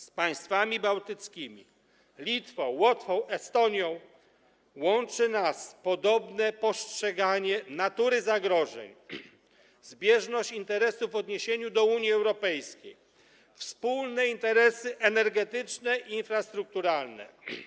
Z państwami bałtyckimi: Litwą, Łotwą, Estonią łączy nas podobne postrzeganie natury zagrożeń, zbieżność interesów w odniesieniu do Unii Europejskiej, wspólne interesy energetyczne i infrastrukturalne.